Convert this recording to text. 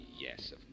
yes